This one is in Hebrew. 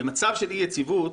במצב של אי יציבות,